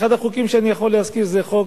ואחד החוקים שאני יכול להזכיר זה חוק